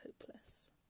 hopeless